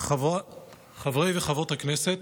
חברי וחברות הכנסת,